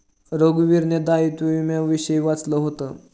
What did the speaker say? रघुवीरने दायित्व विम्याविषयी वाचलं होतं